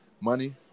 money